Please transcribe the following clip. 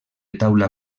taula